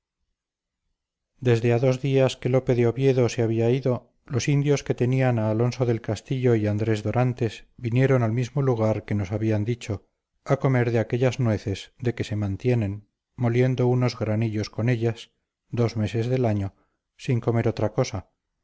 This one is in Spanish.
desde a dos días que lope de oviedo se había ido los indios que tenían a alonso del castillo y andrés dorantes vinieron al mismo lugar que nos habían dicho a comer de aquellas nueces de que se mantienen moliendo unos granillos con ellas dos meses del año sin comer otra cosa